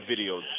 videos